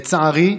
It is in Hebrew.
לצערי,